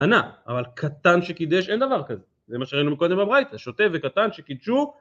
קטנה, אבל קטן שקידש אין דבר כזה, זה מה שראינו מקודם בבריתא, שוטה וקטן שקידשו